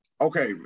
okay